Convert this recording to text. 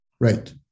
Right